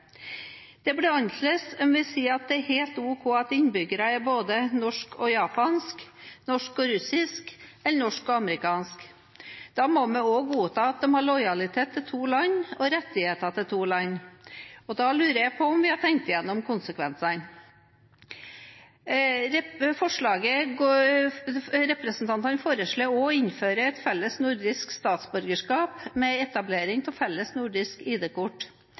Det blir annerledes om vi sier at det er helt ok at innbyggere er både norsk og japansk, norsk og russisk, eller norsk og amerikansk. Da må vi også godta at de har lojalitet til to land og rettigheter i to land. Jeg lurer på om vi har tenkt gjennom konsekvensene. Representantene foreslår også å innføre et felles nordisk statsborgerskap med etablering av felles nordisk